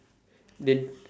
they